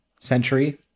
Century